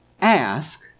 ask